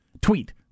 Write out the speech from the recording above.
tweet